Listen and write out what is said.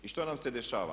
I što nam se dešava?